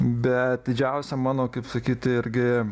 bet didžiausia mano kaip sakyt irgi